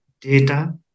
data